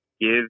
give